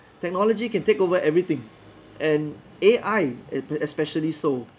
technology can take over everything and A_I e~ especially so